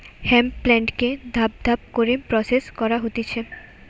hemp প্লান্টকে ধাপ ধাপ করে প্রসেস করা হতিছে